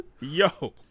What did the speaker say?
yo